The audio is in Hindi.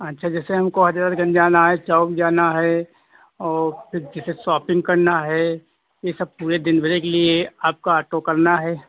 अच्छा जैसे हमको हजरतगंज जाना है चौक जाना है फिर किसी शोपिंग करना है ये सब पूरे दिन भरेक लिए आपका ऑटो करना है